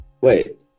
wait